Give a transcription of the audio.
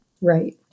Right